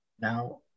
now